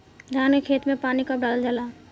धान के खेत मे पानी कब डालल जा ला?